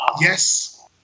Yes